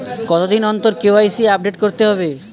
কতদিন অন্তর KYC update করতে হবে?